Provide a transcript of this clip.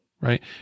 Right